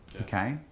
okay